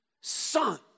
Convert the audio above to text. Son